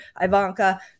Ivanka